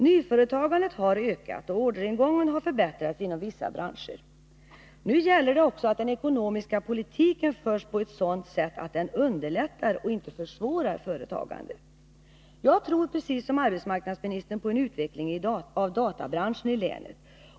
Nyföretagandet har ökat och orderingången har förbättrats inom vissa branscher, och då måste den ekonomiska politiken föras på ett sådant sätt att den underlättar, och inte försvårar, företagandet. Precis som arbetsmarknadsministern tror jag på en utveckling av databranschen i länet.